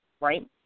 right